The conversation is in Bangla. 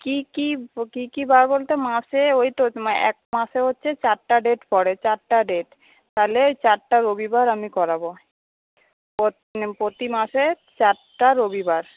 কী কী কী কী বার বলতে মাসে ওই তো এক মাসে হচ্ছে চারটে ডেট পড়ে চারটে ডেট তাহলে চারটে রবিবার আমি করাব প্রতি মাসে চারটে রবিবার